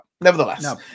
nevertheless